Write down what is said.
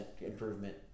improvement